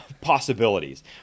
possibilities